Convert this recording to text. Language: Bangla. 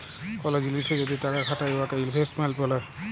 কল জিলিসে যদি টাকা খাটায় উয়াকে ইলভেস্টমেল্ট ব্যলে